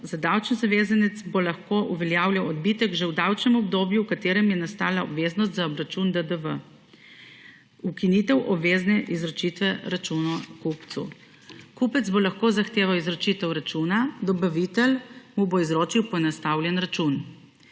– davčni zavezanec bo lahko uveljavljal odbitek že v davčnem obdobju, v katerem je nastala obveznost za obračun DDV; ukinitev obvezne izročitve računov kupcu – kupec bo lahko zahteval izročitev računa, dobavitelj mu bo izročil poenostavljen račun;